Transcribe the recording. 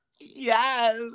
Yes